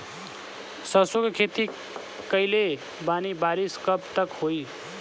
सरसों के खेती कईले बानी बारिश कब तक होई?